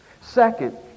Second